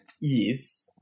yes